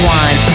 one